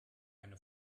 eine